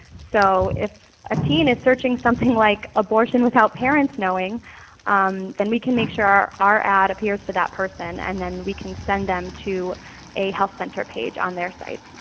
so if a teen is searching something like abortion without parents knowing then we can make sure our ad appears to that person and then we can send them to a health center page on their site.